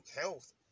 health